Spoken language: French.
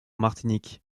martinique